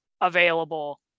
available